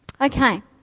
Okay